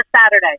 Saturday